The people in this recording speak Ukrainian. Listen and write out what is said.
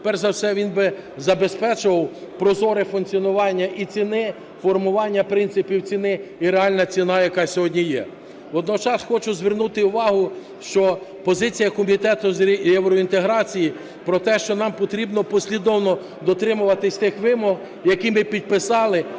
Перш за все він би забезпечував прозоре функціонування і ціни, формування принципів ціни і реальна ціна, яка сьогодні є. Водночас хочу звернути увагу, що позиція Комітету з євроінтеграції про те, що нам потрібно послідовно дотримуватись тих вимог, які ми підписали